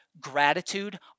gratitude